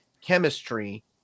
chemistry